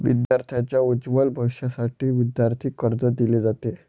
विद्यार्थांच्या उज्ज्वल भविष्यासाठी विद्यार्थी कर्ज दिले जाते